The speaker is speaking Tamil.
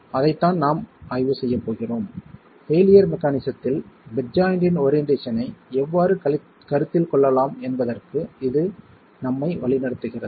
எனவே அதைத்தான் நாம் ஆய்வு செய்யப் போகிறோம் பெயிலியர் மெக்கானிஸத்தில் பெட் ஜாய்ண்ட்டின் ஓரியென்ட்டேஷனை எவ்வாறு கருத்தில் கொள்ளலாம் என்பதற்கு இது நம்மை வழிநடத்துகிறது